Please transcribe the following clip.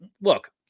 look